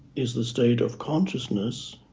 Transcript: is the state of consciousness